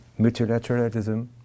multilateralism